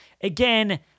Again